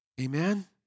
Amen